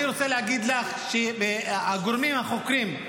אני רוצה להגיד לך שהגורמים החוקרים,